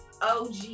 OG